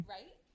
right